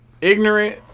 ignorant